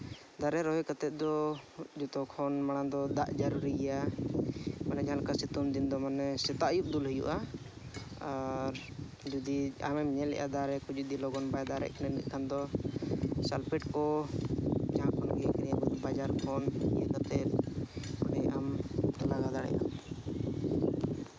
ᱫᱟᱨᱮ ᱨᱚᱦᱚᱭ ᱠᱟᱛᱮ ᱫᱚ ᱡᱚᱛᱚ ᱠᱷᱚᱱ ᱢᱟᱲᱟᱝ ᱫᱚ ᱫᱟᱜ ᱡᱟᱹᱨᱩᱨᱤ ᱜᱮᱭᱟ ᱢᱟᱱᱮ ᱡᱟᱦᱟᱸ ᱞᱮᱠᱟ ᱥᱤᱛᱩᱝ ᱫᱤᱱ ᱫᱚ ᱢᱟᱱᱮ ᱥᱮᱛᱟᱜ ᱟᱹᱭᱩᱵ ᱫᱩᱞ ᱦᱩᱭᱩᱜᱼᱟ ᱟᱨ ᱡᱩᱫᱤ ᱟᱢᱮᱢ ᱧᱮᱞ ᱞᱮᱜᱼᱟ ᱫᱟᱨᱮ ᱠᱚ ᱡᱩᱫᱤ ᱞᱚᱜᱚᱱ ᱵᱟᱭ ᱫᱟᱨᱮ ᱮᱱᱠᱷᱟᱱ ᱫᱚ ᱥᱟᱞᱯᱷᱮᱴ ᱠᱚ ᱡᱟᱦᱟᱸ ᱠᱷᱚᱱᱟᱜ ᱜᱮ ᱠᱤᱨᱤᱧ ᱟᱹᱜᱩ ᱵᱟᱡᱟᱨ ᱠᱷᱚᱱ ᱠᱤᱨᱤᱧ ᱠᱟᱛᱮ ᱚᱱᱮ ᱟᱢ ᱞᱟᱜᱟ ᱫᱟᱲᱮᱭᱟᱜ ᱟᱢ